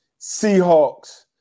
Seahawks